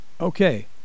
Okay